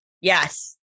Yes